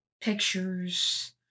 pictures